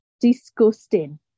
Disgusting